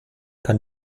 kann